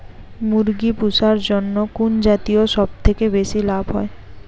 মুরগি পুষার জন্য কুন জাতীয় সবথেকে বেশি লাভ হয়?